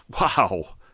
Wow